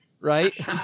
right